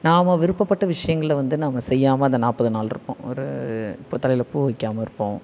நாம் விருப்பப்பட்ட விஷயங்கள வந்து நம்ம செய்யாமல் அந்த நாற்பது நாளிருப்போம் ஒரு இப்போது தலையில் பூ வைக்காமல் இருப்போம்